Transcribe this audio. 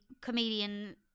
comedian